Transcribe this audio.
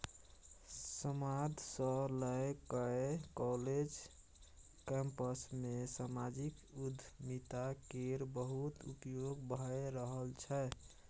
समाद सँ लए कए काँलेज कैंपस मे समाजिक उद्यमिता केर बहुत उपयोग भए रहल छै